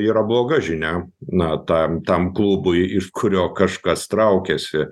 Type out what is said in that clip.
yra bloga žinia na tam tam klubui iš kurio kažkas traukiasi